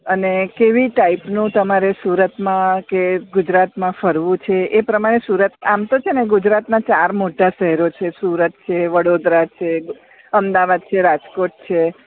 અને કેવી ટાઈપનું તમારે સુરતમાં કે ગુજરાતમાં ફરવું છે એ પ્રમાણે સુરત આમ તો છે ને ગુજરાતના ચાર મોટા શહેરો છે સુરત છે વડોદરા છે અમદાવાદ છે રાજકોટ છે